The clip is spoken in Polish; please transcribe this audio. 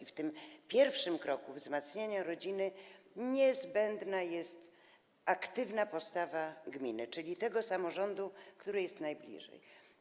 Przy tym pierwszym kroku na rzecz wzmacniania rodziny niezbędna jest aktywna postawa gminy, czyli tego samorządu, który jest najbliżej.